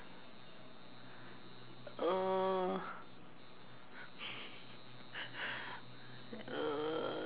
err